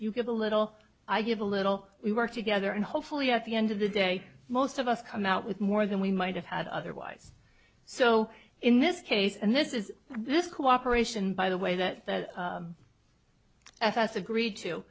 you give a little i give a little we work together and hopefully at the end of the day most of us come out with more than we might have had otherwise so in this case and this is this cooperation by the way that the fs agreed to